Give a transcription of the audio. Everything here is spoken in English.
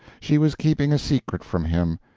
she was keeping a secret from him,